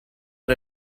are